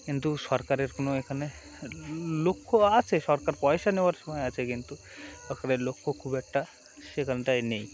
কিন্তু সরকারের কোনো এখানে লক্ষ্য আছে সরকার পয়সা নেওয়ার সময় আছে কিন্তু সরকারের লক্ষ্য খুব একটা সেখানটাই নেই